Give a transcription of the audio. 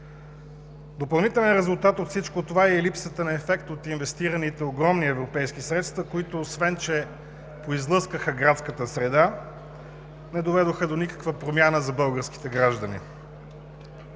Допълнителен резултат от всичко това е и липсата на ефект от инвестираните огромни европейски средства, които, освен че поизлъскаха градската среда, не доведоха до никаква промяна за българските граждани.